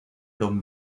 don